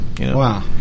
Wow